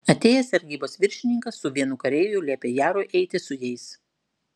atėjęs sargybos viršininkas su vienu kareiviu liepė jarui eiti su jais